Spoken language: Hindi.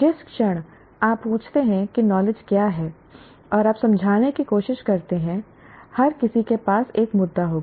जिस क्षण आप पूछते हैं कि नॉलेज क्या है और आप समझाने की कोशिश करते हैं हर किसी के पास एक मुद्दा होगा